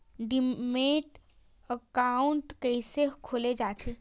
Demat account कइसे खोले जाथे?